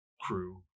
crew